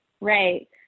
right